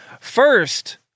First